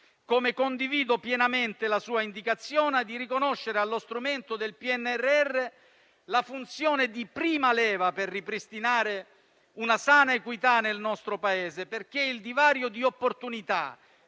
modo, condivido pienamente la sua indicazione di riconoscere allo strumento del PNRR la funzione di prima leva per ripristinare una sana equità nel nostro Paese, perché il divario di opportunità,